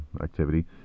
activity